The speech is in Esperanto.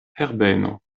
herbeno